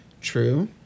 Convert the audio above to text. True